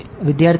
વિદ્યાર્થી હા